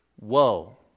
Woe